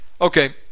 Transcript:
Okay